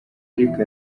ariko